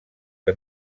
que